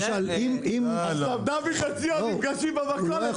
דוד וציון נפגשים במכולת,